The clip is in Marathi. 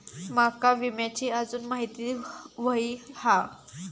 माका विम्याची आजून माहिती व्हयी हा?